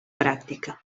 pràctica